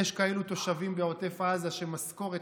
יש כאלה תושבים בעוטף עזה שבמשכורת